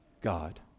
God